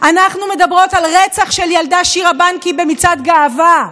אנחנו מדברות על הרצח של הילדה שירה בנקי במצעד הגאווה.